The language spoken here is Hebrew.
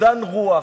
אובדן רוח,